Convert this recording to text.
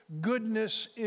goodness